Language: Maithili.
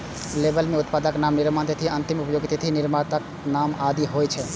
लेबल मे उत्पादक नाम, निर्माण तिथि, अंतिम उपयोगक तिथि, निर्माताक नाम आदि होइ छै